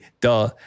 duh